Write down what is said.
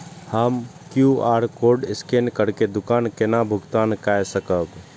हम QR code scan करके दुकान केना भुगतान काय सकब?